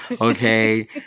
Okay